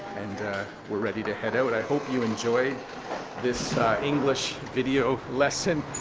and we're ready to head out. i hope you enjoyed this english video lesson